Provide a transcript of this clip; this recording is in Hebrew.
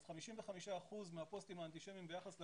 55 אחוזים מהפוסטים האנטישמיים ביחס לקורונה,